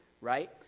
right